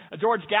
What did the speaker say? George